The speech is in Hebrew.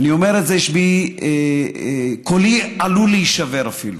אני אומר את זה, קולי עלול להישבר אפילו